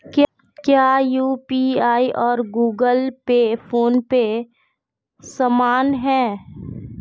क्या यू.पी.आई और Google Pay PhonePe समान हैं?